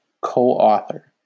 co-author